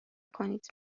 کنید